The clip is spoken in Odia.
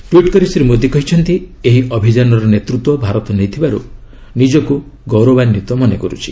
ଟ୍ୱିଟ୍ କରି ଶ୍ରୀ ମୋଦୀ କହିଛନ୍ତି ଏହି ଅଭିଯାନର ନେତୃତ୍ୱ ଭାରତ ନେଇଥିବାରୁ ନିଜକୁ ଗୌରବାନ୍ଧିତ ମନେକରୁଛି